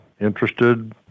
interested